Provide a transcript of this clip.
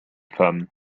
femmes